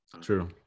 True